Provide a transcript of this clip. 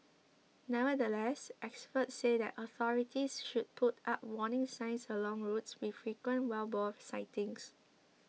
nevertheless experts said that authorities should put up warning signs along roads with frequent wild boar sightings